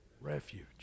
Refuge